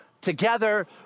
together